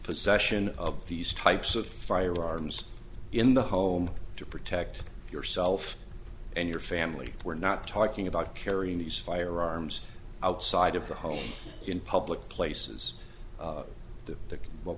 possession of these types of firearms in the home to protect yourself and your family we're not talking about carrying these firearms outside of the home in public places that what